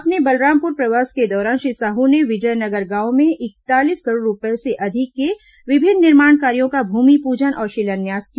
अपने बलरामपुर प्रवास के दौरान श्री साहू ने विजय नगर गांव में इकतालीस करोड़ रूपये से अधिक के विभिन्न निर्माण कार्यो का भूमिपूजन और शिलान्यास किया